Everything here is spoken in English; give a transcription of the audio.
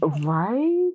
Right